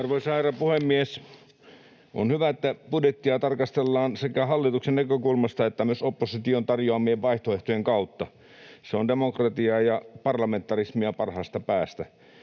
Arvoisa herra puhemies! On hyvä, että budjettia tarkastellaan sekä hallituksen näkökulmasta että myös opposition tarjoamien vaihtoehtojen kautta. Se on demokratiaa ja parlamentarismia parhaasta päästä.